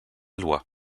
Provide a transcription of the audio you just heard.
loi